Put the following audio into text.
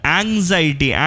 anxiety